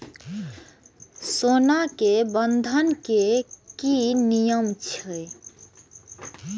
सोना के बंधन के कि नियम छै?